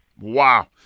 Wow